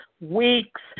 weeks